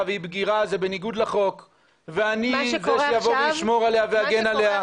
והיא בגירה זה בניגוד לחוק ואני זה שאבוא ואשמור עליה ואגן עליה.